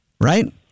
right